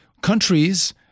countries